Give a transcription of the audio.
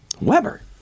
Weber